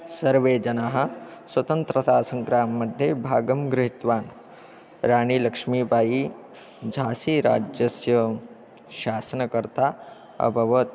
सर्वे जनाः स्वतन्त्रतासङ्ग्राममध्ये भागं गृहीतवान् राणीलक्ष्मीबायी झासीराज्यस्य शासनकर्त्री अभवत्